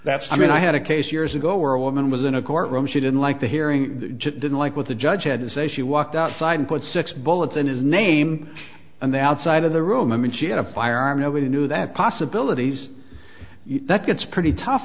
that's i mean i had a case years ago where a woman was in a courtroom she didn't like the hearing didn't like what the judge had to say she walked outside and put six bullets in his name and the outside of the room i mean she had a firearm nobody knew that possibilities that gets pretty tough